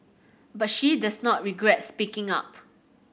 but she does not regret speaking up